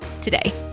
today